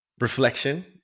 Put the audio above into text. reflection